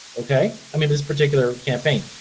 okay? i mean this particular campaign.